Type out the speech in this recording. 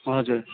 हजुर